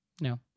No